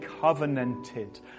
covenanted